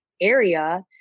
area